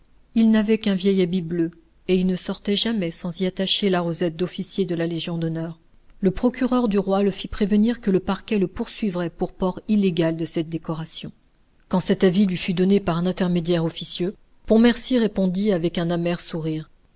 il n'avait qu'un vieil habit bleu et il ne sortait jamais sans y attacher la rosette d'officier de la légion d'honneur le procureur du roi le fit prévenir que le parquet le poursuivrait pour port illégal de cette décoration quand cet avis lui fut donné par un intermédiaire officieux pontmercy répondit avec un amer sourire